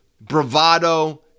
bravado